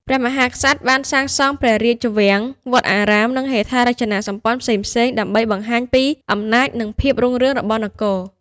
ព្រះមហាក្សត្របានសាងសង់ព្រះរាជវាំង វត្តអារាម និងហេដ្ឋារចនាសម្ព័ន្ធផ្សេងៗដើម្បីបង្ហាញពីអំណាចនិងភាពរុងរឿងរបស់នគរ។